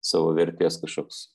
savo vertės kažkoks